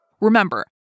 Remember